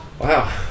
Wow